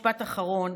משפט אחרון.